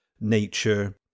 nature